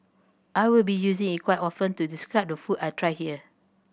I will be using it quite often to describe the food I try here